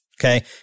Okay